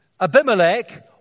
Abimelech